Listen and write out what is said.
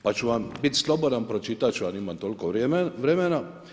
Pa ću vam bit slobodan, pročitat ću vam, imam toliko vremena.